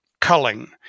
culling